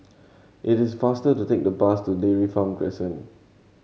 it is faster to take the bus to Dairy Farm Crescent